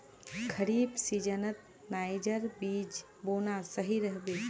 खरीफ सीजनत नाइजर बीज बोना सही रह बे